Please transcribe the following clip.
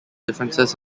differences